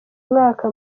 mwaka